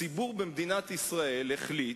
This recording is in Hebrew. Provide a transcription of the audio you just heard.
הציבור במדינת ישראל החליט,